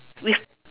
with